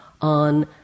on